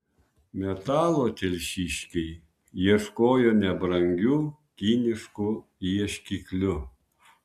metalo telšiškiai ieškojo nebrangiu kinišku ieškikliu